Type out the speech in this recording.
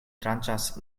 tranĉas